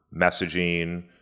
messaging